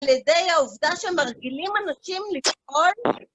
על ידי העובדה שהם מרגילים אנשים לקרוא...